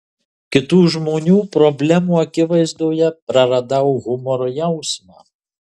kitų žmonių problemų akivaizdoje praradau humoro jausmą